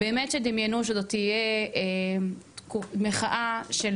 באמת שדמיינו שזו תהיה מחאה של